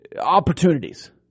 opportunities